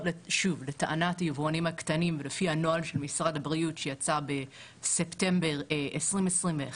לטענת היבואנים הקטנים ולפי הנוהל של משרד הבריאות שיצא בספטמבר 2021,